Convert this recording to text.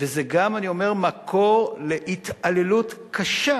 וזה גם, אני אומר, מקור להתעללות קשה